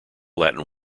latin